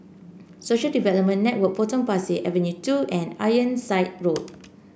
Social Development Network Potong Pasir Avenue two and Ironside Road